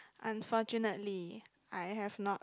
unfortunately I have not